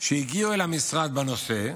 שהגיעו אל המשרד בנושא,